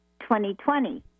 2020